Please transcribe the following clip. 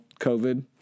COVID